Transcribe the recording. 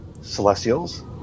celestials